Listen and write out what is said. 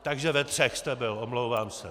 Takže ve třech jste byl, omlouvám se.